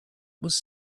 was